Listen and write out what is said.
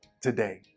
today